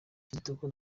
kitoko